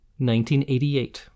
1988